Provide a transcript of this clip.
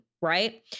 Right